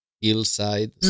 hillside